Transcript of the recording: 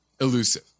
elusive